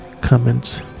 comments